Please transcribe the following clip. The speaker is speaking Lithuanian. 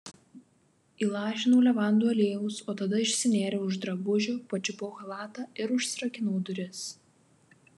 įlašinau levandų aliejaus o tada išsinėriau iš drabužių pačiupau chalatą ir užsirakinau duris